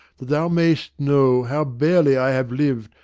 that thou may'st know, how barely i have lived,